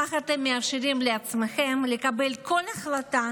וכך אתם מאפשרים לעצמכם לקבל כל החלטה